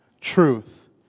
truth